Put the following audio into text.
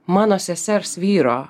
mano sesers vyro